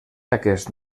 aquest